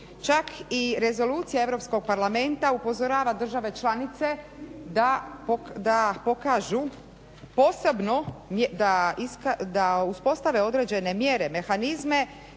čak i rezolucija Europskog parlamenta upozorava države članice da pokažu, da uspostave određene mjere, mehanizme